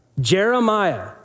Jeremiah